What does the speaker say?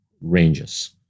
ranges